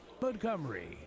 Montgomery